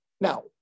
now